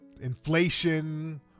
inflation